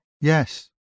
Yes